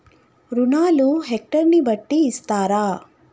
రుణాలు హెక్టర్ ని బట్టి ఇస్తారా?